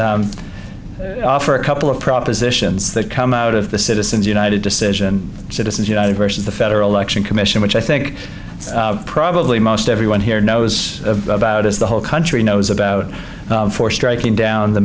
tonight for a couple of propositions that come out of the citizens united decision citizens united vs the federal election commission which i think probably most everyone here knows about is the whole country knows about for striking down the